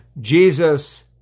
Jesus